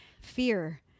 fear